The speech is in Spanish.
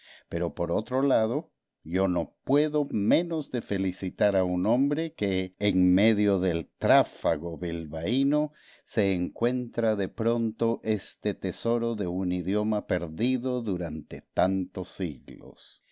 pero por otro lado yo no puedo menos de felicitar a un hombre que en medio del tráfago bilbaíno se encuentra de pronto este tesoro de un idioma perdido durante tantos siglos